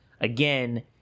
again